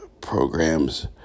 programs